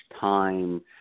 time